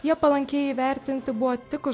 jie palankiai įvertinti buvo tik už